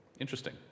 Interesting